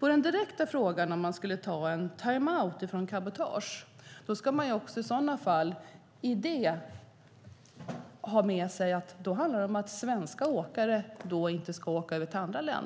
den direkta frågan om man ska ta en timeout från cabotage vill jag säga att då handlar det om att svenska åkare inte ska åka över till andra länder.